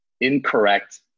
incorrect